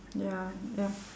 ya ya